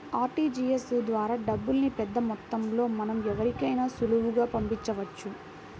RTGS ద్వారా డబ్బుల్ని పెద్దమొత్తంలో మనం ఎవరికైనా సులువుగా పంపించవచ్చు